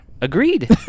Agreed